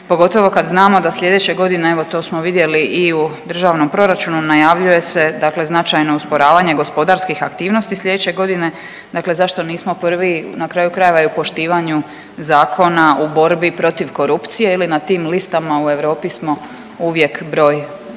pogotovo kad znamo da sljedeće godine evo to smo vidjeli i u državnom proračunu najavljuje se, dakle značajno usporavanje gospodarskih aktivnosti sljedeće godine, dakle zašto nismo prvi na kraju krajeva i u poštivanju zakona u borbi protiv korupcije ili na tim listama u Europi smo uvijek broj,